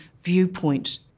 viewpoint